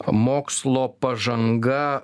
mokslo pažanga